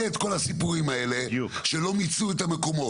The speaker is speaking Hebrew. את כל הסיפורים האל שמיצו את המקומות.